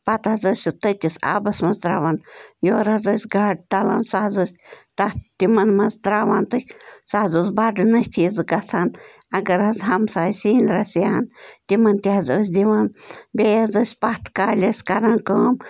پتہٕ حظ ٲسۍ سُہ تٔتِس آبس منٛز تَراوان یورٕ حظ ٲسۍ گادٕ تَلان سَہ حظ ٲسۍ تَتھ تِمَن منٛز تَراوان تہٕ سَہ حظ اوس بَڑٕ نفیٖض گَژھان اگر حظ ہمسایہ سینۍ رژھ ہیہن تِمن تہِ حظ ٲسۍ دِوان بیٚیہِ حظ ٲسۍ پتھ کالہِ ٲسۍ کَران کٲم